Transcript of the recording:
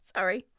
Sorry